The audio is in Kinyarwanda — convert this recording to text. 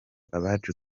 abacu